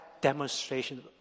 demonstration